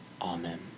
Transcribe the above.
Amen